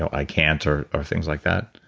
i can't or or things like that?